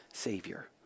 savior